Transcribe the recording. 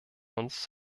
uns